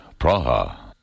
Praha